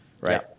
right